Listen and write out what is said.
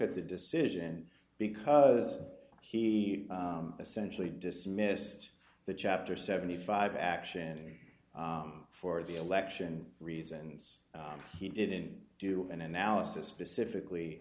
at the decision because he essentially dismissed the chapter seventy five action for the election reasons he didn't do an analysis specifically